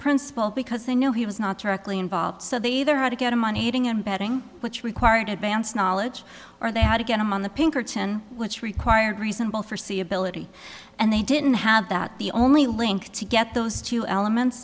principal because they know he was not directly involved so they either had to get him on eating and betting which required advance knowledge or they had to get him on the pinkerton which required reasonable forsee ability and they didn't have that the only link to get those two elements